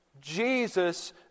Jesus